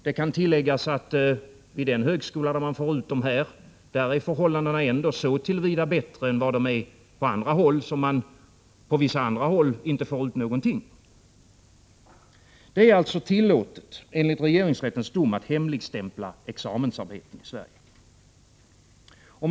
Det kan tilläggas att vid den högskola där man får ut dessa rapporter är förhållandena ändå bättre än de är på andra håll. På vissa andra håll får man ju inte ut någonting. Det är alltså tillåtet enligt regeringensrättens dom att hemligstämpla examensarbeten i Sverige.